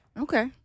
Okay